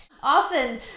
Often